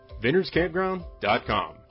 VineyardsCampground.com